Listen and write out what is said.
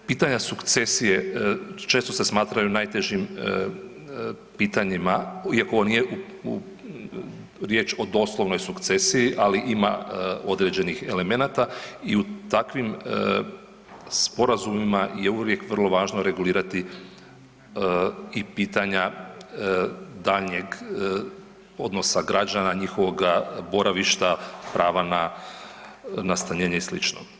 Pitanja sukcesije često se smatraju najtežim pitanjima, iako ovo nije riječ o doslovnoj sukcesiji, ali ima određenih elemenata i u takvim sporazumima je uvijek vrlo važno regulirati i pitanja daljnjeg odnosa građana, njihovoga boravišta, prava na, na stanjenje i slično.